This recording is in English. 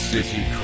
City